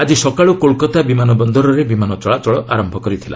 ଆଜି ସକାଳୁ କୋଲକାତା ବିମାନ ବନ୍ଦରରେ ବିମାନ ଚଳାଚଳ ଆରମ୍ଭ କରିଥିଲା